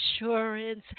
insurance